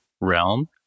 realm